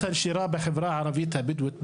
הנשירה בחברה הערבית הבדואית בנגב.